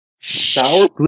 sour